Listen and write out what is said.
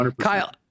Kyle